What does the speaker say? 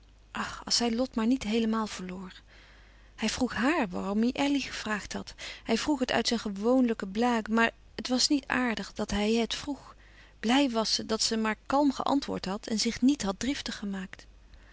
ach als zij lot maar niet heelemaal verloor hij vroeg hàar waarom hij elly gevraagd had hij vroeg het uit zijn gewoonlijke blague maar het was niet aardig dat hij het vroeg blij was ze dat ze maar kalm geantwoord had en zich niet had driftig gemaakt